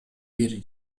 бир